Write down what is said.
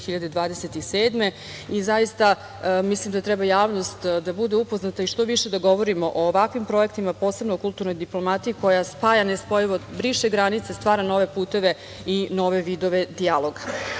i zaista mislim da javnost treba da bude upoznata i što više da govorimo o ovakvim projektima, posebno u kulturnoj diplomatiji koja spaja nespojivo, briše granice, stvara nove puteve i nove vidove dijaloga. Učešće